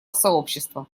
сообщества